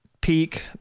peak